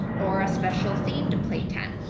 or a special themed play tent.